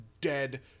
dead